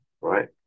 right